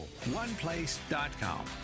oneplace.com